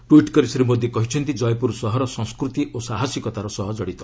tweet କରି ଶ୍ରୀ ମୋଦୀ କହିଛନ୍ତି ଜୟପୁର ସହର ସଂସ୍କୃତି ଓ ସାହସୀକତା ସହ କଡ଼ିତ